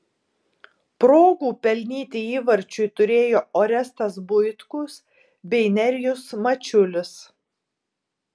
progų pelnyti įvarčiui turėjo orestas buitkus bei nerijus mačiulis